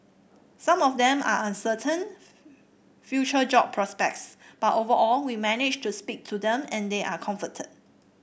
some of them are uncertain future job prospects but overall we managed to speak to them and they are comforted